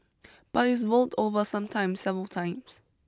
but it's rolled over sometimes several times